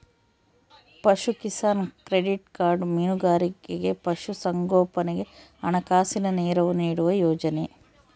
ಪಶುಕಿಸಾನ್ credit card ಮೀನುಗಾರರಿಗೆ ಪಶು ಸಂಗೋಪನೆಗೆ ಹಣಕಾಸಿನ ನೆರವು ನೀಡುವ ಯೋಜನೆ